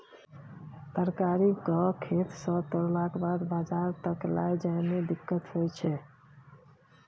तरकारी केँ खेत सँ तोड़लाक बाद बजार तक लए जाए में दिक्कत होइ छै